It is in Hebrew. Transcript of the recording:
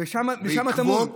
ושם זה טמון.